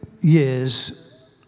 years